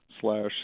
slash